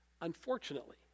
Unfortunately